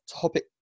Topic